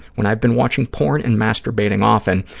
when i've been watching porn and masturbating often,